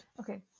Okay